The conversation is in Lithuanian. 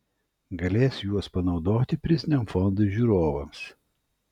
galės juos panaudoti priziniam fondui žiūrovams